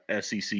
SEC